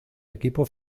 equipo